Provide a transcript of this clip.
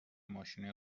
ماشینای